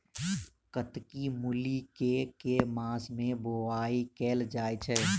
कत्की मूली केँ के मास मे बोवाई कैल जाएँ छैय?